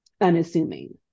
unassuming